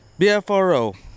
BFRO